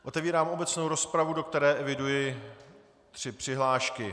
Otevírám obecnou rozpravu, do které eviduji tři přihlášky.